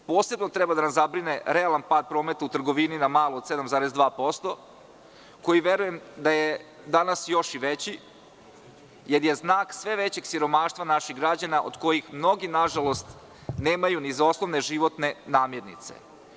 Posebno treba da nas zabrine realan pad prometa u trgovini na malo od 7,2%, koji verujem da je danas još i veći, jer je znak sve većeg siromaštva naših građana od kojih mnogi nažalost nemaju ni za osnovne životne namirnice.